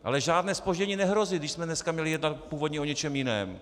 Ale žádné zpoždění nehrozí, když jsme dneska měli jednat původně o něčem jiném.